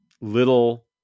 little